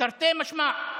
תרתי משמע.